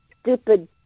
stupid